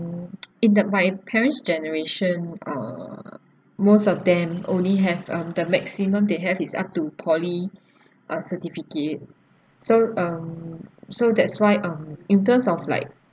um in that my parent's generation uh most of them only have um the maximum they have is up to poly uh certificate so um so that's why um in terms of like